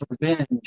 revenge